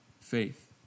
faith